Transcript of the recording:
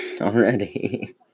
already